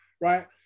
right